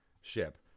ship